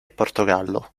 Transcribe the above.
portogallo